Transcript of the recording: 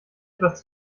etwas